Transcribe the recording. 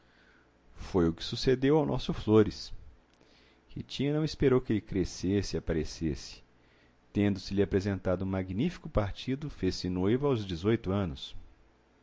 foi o que sucedeu ao nosso flores ritinha não esperou que ele crescesse e aparecesse tendo-se-lhe apresentado um magnífico partido fez-se noiva aos dezoito anos